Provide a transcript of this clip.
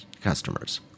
customers